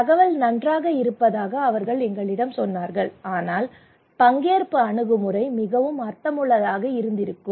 தகவல் நன்றாக இருப்பதாக அவர்கள் எங்களிடம் சொன்னார்கள் ஆனால் பங்கேற்பு அணுகுமுறை மிகவும் அர்த்தமுள்ளதாக இருந்திருக்கும்